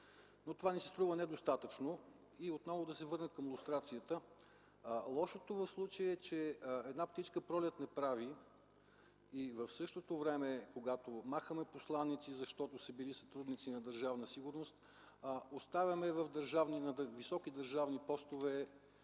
Това ни се струва недостатъчно. Отново ще се върна към лустрацията. Лошото в случая е, че една птичка пролет не прави и в същото време, когато махаме посланици, защото са били сътрудници на Държавна сигурност, оставяме на високи държавни постове